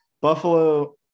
Buffalo